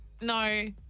No